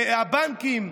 הבנקים,